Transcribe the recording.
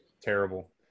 Terrible